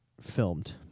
filmed